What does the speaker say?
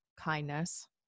kindness